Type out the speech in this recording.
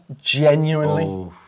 genuinely